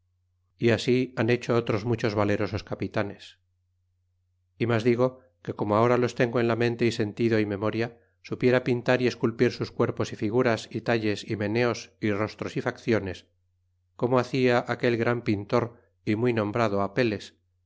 y así han hecho otros muchos valerosos capitanes y mas digo que como ahora los tengo en la mente y sentido y memoria supiera pintar y esculpir sus cuerpos y figuras y talles y meneos y rostros y facciones como hacia aquel gran pintor y muy nombrado apeles